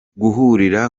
guhurira